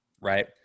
right